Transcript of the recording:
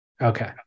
Okay